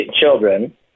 children